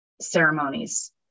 ceremonies